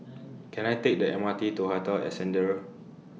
Can I Take The M R T to Hotel Ascendere